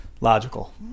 logical